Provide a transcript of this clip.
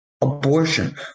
abortion